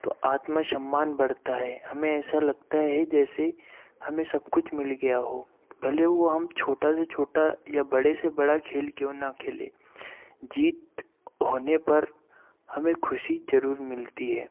तो आत्मसम्मान बढ़ता है हमें ऐसा लगता है जैसे हमें सब कुछ मिल गया हो पहले वो हम छोटा से छोटा या बड़े से बड़ा खेल क्यों न खेलें जीत होने पर हमें खुशी जरूर मिलती है